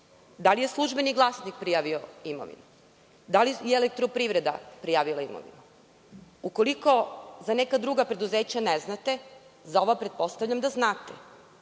Da li je „Službeni glasnik“ prijavio imovinu, da li je „Elektroprivreda“ prijavilo imovinu? Ukoliko za neka druga preduzeća ne znate, za ova pretpostavljam da znate,